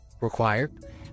required